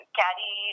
carry